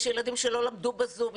כי יש ילדים שלא למדו בזום,